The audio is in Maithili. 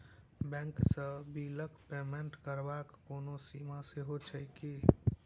बैंक सँ बिलक पेमेन्ट करबाक कोनो सीमा सेहो छैक की?